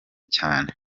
cyane